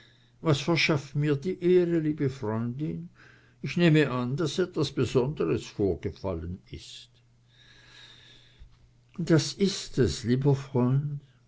was verschafft mir die ehre liebe freundin ich nehme an daß etwas besonderes vorgefallen ist das ist es lieber freund